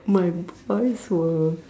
my boys were